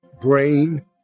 brain